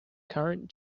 current